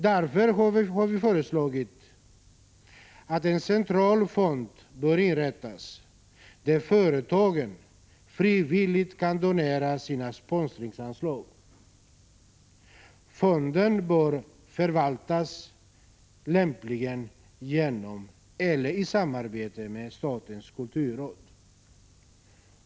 Därför har vi föreslagit att en central fond bör inrättas, dit företagen frivilligt kan donera sina sponsringsanslag. Fonden förvaltas lämpligen genom eller i samarbete med statens kulturråd.